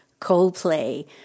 Coldplay